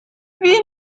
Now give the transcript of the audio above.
wie